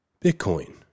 Bitcoin